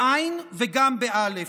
בעי"ן וגם באל"ף: